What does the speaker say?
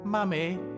Mummy